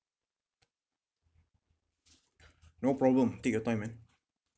no problem take your time man